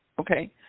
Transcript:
okay